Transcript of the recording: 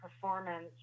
performance